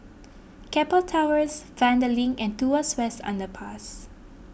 Keppel Towers Vanda Link and Tuas West Underpass